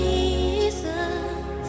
Jesus